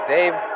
Dave